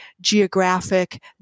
geographic